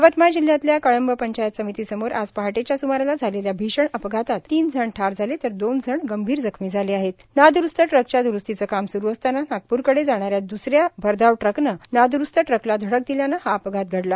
यवतमाळ जिल्ह्यातल्या कळंब पंचायत समितीसमोर आज पहाटेच्या स्मारास झालेल्या भीषण अपघातात तीन जण ठार झाले तर दोन जण गंभीर जखमी झाले आहेतनाद्रुस्त ट्रकच्या द्रुस्तीचे काम स्रू असतानानागप्रकडे जाणाऱ्या द्सऱ्या भरधावट्रकनं नाद्रुस्त ट्रकला धडक दिल्यानं हा अपघात घडला